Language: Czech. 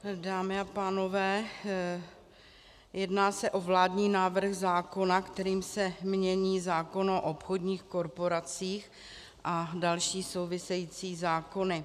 Dámy a pánové, jedná se o vládní návrh zákona, kterým se mění zákon o obchodních korporacích a další související zákony.